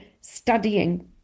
studying